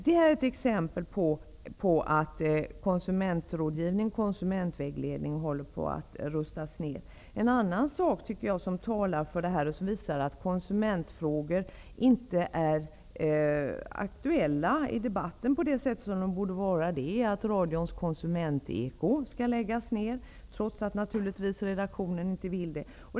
Detta är ett exempel på att konsumentrådgivningen och konsumentvägledningen håller på att rustas ned. En annan sak som talar för detta och som visar att konsumentfrågor inte är aktuella i debatten på det sätt som de borde vara är att Konsumentekot i radion skall läggas ned, trots att naturligtvis redaktionen inte vill det.